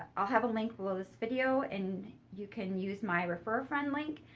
i'll have a link below this video, and you can use my refer-a-friend link.